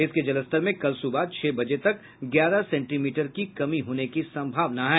इसके जलस्तर में कल सुबह छह बजे तक ग्यारह सेंटीमीटर की कमी होने की संभावना है